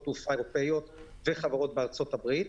תעופה אירופאיות וחברות בארצות הברית,